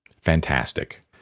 Fantastic